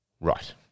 Right